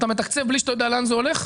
אתה מתקצב בלי שאתה יודע לאן זה הולך?